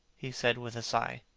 he said with a sigh.